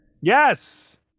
Yes